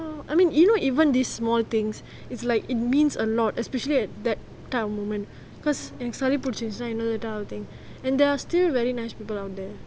I mean you know even this small things is like it means a lot especially at that type of moment because எனக்கு சலி பிடிச்சி இருந்துச்சி நா என்னத்துக்கு ஆவது:ennaku sali pidichi irunthuchi na ennathuku aavurthu and there are still very nice people around there